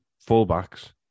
full-backs